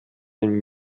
den